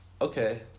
okay